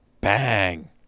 bang